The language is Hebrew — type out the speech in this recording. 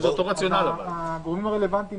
הגורמים הרלוונטיים